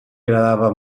agradava